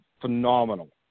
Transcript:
phenomenal